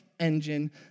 engine